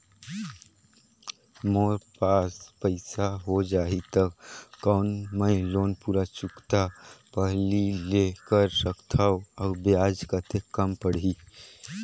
मोर पास पईसा हो जाही त कौन मैं लोन पूरा चुकता पहली ले कर सकथव अउ ब्याज कतेक कम पड़ही?